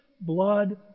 blood